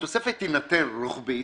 התוספת תינתן רוחבית,